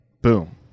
boom